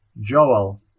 Joel